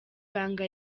banga